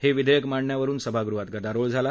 हाविध्यक्र मांडण्यावरुन सभागृहात गदारोळ झाला